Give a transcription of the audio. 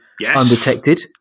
Undetected